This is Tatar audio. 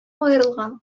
аерылган